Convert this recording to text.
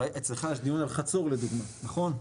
אצלך יש דיון על חצור לדוגמא נכון?